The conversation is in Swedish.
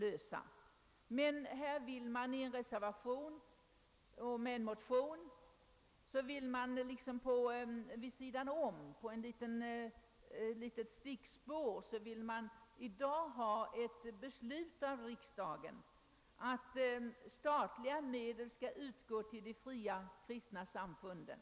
Men här vill man genom en motion liksom på ett litet stickspår få riksdagen att i dag besluta att statliga medel skall utgå till de fria kristna samfunden.